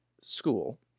school